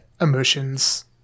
emotions